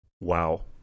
Wow